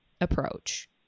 approach